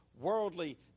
worldly